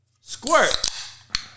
squirt